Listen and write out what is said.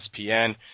espn